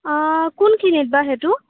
কোনখিনিত বা সেইটো